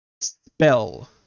spell